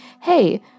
hey